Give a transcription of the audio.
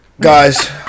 guys